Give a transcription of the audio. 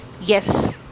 Yes